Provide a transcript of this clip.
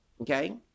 Okay